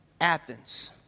Athens